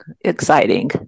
exciting